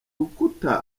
rukuta